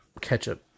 ketchup